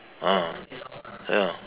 ah ya